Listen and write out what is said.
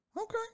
Okay